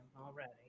already